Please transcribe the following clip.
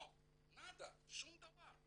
נאדה, שום דבר.